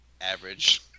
average